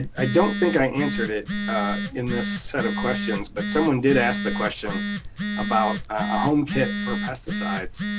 i don't think i answered it in this set of questions, but someone did ask the question about a home kit for pesticides,